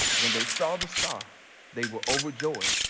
when they saw the star they were overjoyed.